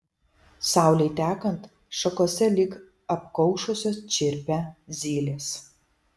saulei tekant šakose lyg apkaušusios čirpia zylės